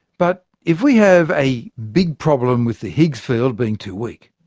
but if we have a big problem with the higgs field being too weak,